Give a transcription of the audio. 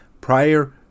Prior